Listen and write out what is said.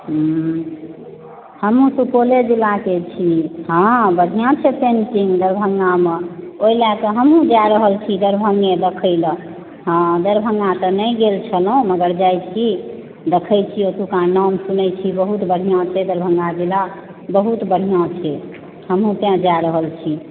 हुँ हमहुँ सुपौले जिलाके छी हँ बढ़िऑं छै पेन्टिंग दरभंगामे ओहि लएके हमहुँ जा रहल छी दरभंगे देखै लै हँ दरभंगा तऽ नहि गेल छलहुॅं मगर जाइ छी देखै छियै ओतुका नाम सुनै छियै बहुत बढ़िऑं छै दरभंगा जिला बहुत बढ़िऑं छै हमहुँ तैं जा रहल छी